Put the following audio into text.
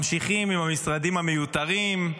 ממשיכים עם המשרדים המיותרים.